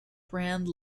brand